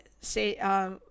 say